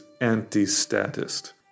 anti-statist